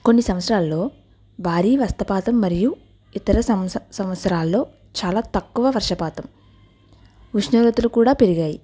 కొన్ని సంవత్సరాలలో భారీ వర్షపాతం మరియు ఇతర సంవత్స సంవత్సరాలలో చాలా తక్కువ వర్షపాతం ఉష్ణోగ్రతలు కూడా పెరిగాయి